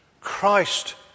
Christ